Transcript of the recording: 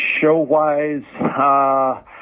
show-wise